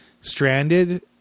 Stranded